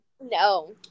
No